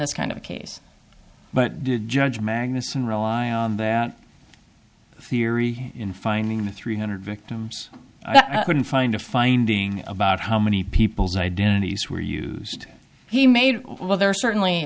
this kind of case but did judge magnussen rely on that theory in finding the three hundred victims i couldn't find a finding about how many people's identities were used he made well there are certainly